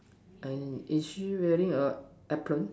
and is she wearing a apron